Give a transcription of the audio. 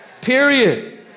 Period